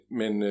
men